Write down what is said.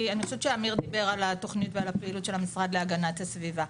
כי אני חושבת שאמיר דיבר על התוכנית והפעילות של המשרד להגנת הסביבה.